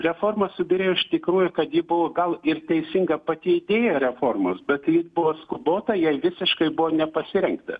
reforma subyrėjo iš tikrųjų kad ji buvo gal ir teisinga pati idėja reformos bet ji buvo skubota jai visiškai buvo nepasirengta